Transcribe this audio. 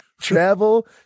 Travel